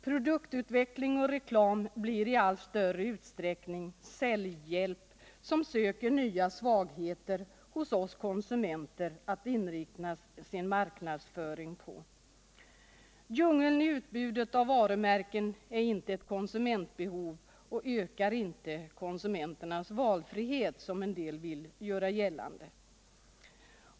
Produktutveckling och reklam blir i allt större utsträckning säljhjälp, som söker nya svagheter hos oss konsumenter att inrikta sin marknadsföring på. Djungeln i utbudet av varumärken är inte ett konsumentbehov och ökar inte konsumenternas valfrihet, som en del vill göra gällande.